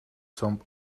some